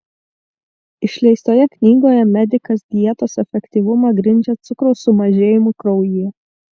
išleistoje knygoje medikas dietos efektyvumą grindžia cukraus sumažėjimu kraujyje